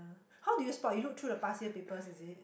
how do you spot you looked through the past year paper is it